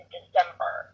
December